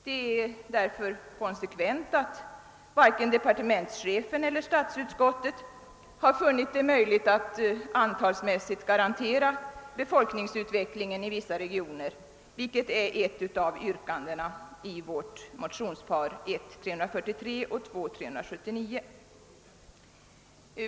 Det är därför konsekvent att varken departementschefen eller statsutskottet funnit det möjligt att antalsmässigt garantera befolkningsutvecklingen i vissa regioner, vilket är innebörden av ett av yrkandena i vårt motionspar I: 343 och II: 379.